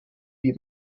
die